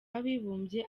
w’abibumbye